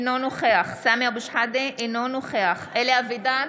אינו נוכח סמי אבו שחאדה, אינו נוכח אלי אבידר,